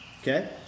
Okay